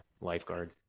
lifeguard